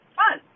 fun